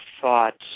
thought